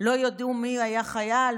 לא ידעו מי היה חייל?